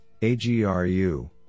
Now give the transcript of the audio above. AGRU